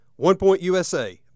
OnePointUSA